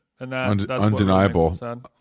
undeniable